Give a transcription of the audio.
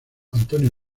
antonio